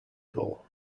goal